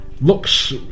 looks